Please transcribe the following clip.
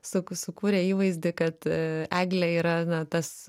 su sukūrė įvaizdį kad eglė yra na tas